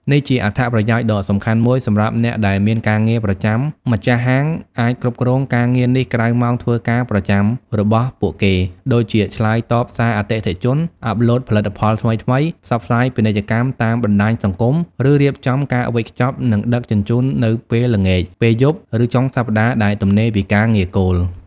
នេះជាអត្ថប្រយោជន៍ដ៏សំខាន់មួយសម្រាប់អ្នកដែលមានការងារប្រចាំម្ចាស់ហាងអាចគ្រប់គ្រងការងារនេះក្រៅម៉ោងធ្វើការប្រចាំរបស់ពួកគេ ដូចជាឆ្លើយតបសារអតិថិជន អាប់ឡូតផលិតផលថ្មីៗ ផ្សព្វផ្សាយពាណិជ្ជកម្មតាមបណ្តាញសង្គម ឬរៀបចំការវេចខ្ចប់ និងដឹកជញ្ជូននៅពេលល្ងាច ពេលយប់ ឬចុងសប្តាហ៍ដែលទំនេរពីការងារគោល។